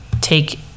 take